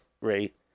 rate